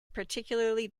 particularly